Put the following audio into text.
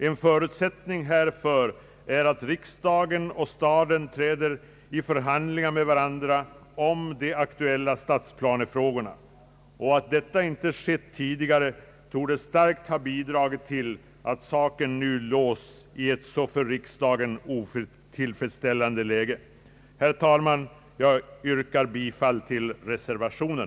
En förutsättning härför är att riksdagen och staden träder i förhandlingar med varandra om de aktuella stadsplanefrågorna. Att detta inte skett tidigare torde starkt ha bidragit till att saken nu låsts i ett så för riksdagen otillfredsställande läge. Herr talman! Jag yrkar bifall till reservationen.